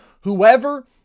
whoever